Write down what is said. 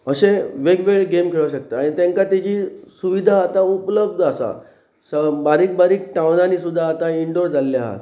अशे वेगवगळे गेम खेळूं शकता आनी तांकां तेजी सुविधा आतां उपलब्ध आसा बारीक बारीक टावनी सुद्दां आतां इंडोर जाल्ले आसात